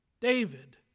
David